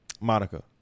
monica